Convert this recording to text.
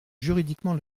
juridiquement